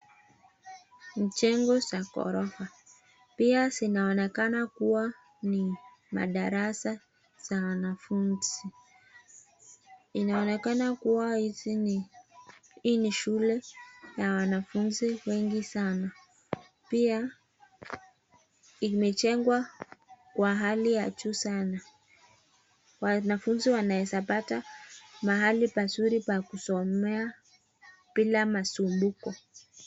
Jengo za gorofa. Pia zinaonekana kuwa ni madarasa za wanafunzi. Inaonekana kuwa hizi ni hii ni shule ya wanafunzi wengi sana. Pia imejengwa kwa hali ya juu sana. Wanafunzi wanaweza pata mahali pazuri pa kusomea bila masumbuko.